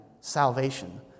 salvation